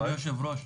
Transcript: אדוני היו"ר,